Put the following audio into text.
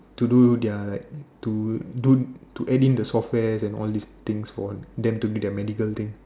to do their to do to add in the software and all these things for them to do their medical thing